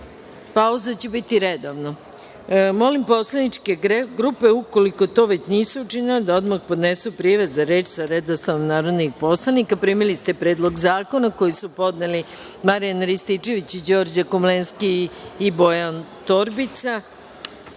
će biti redovno. Molim poslaničke grupe ukoliko to već nisu učinile da odmah podnesu prijave za reč sa redosledom narodnih poslanika. Primili ste Predlog zakona koji su podneli Marijan Rističević i Đorđe Komlenski i Bojan Torbica. Molim